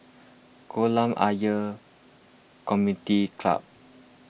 Kolam Ayer Community Club